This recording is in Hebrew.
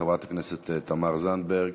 חברת הכנסת תמר זנדברג,